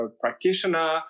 practitioner